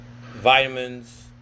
vitamins